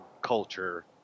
culture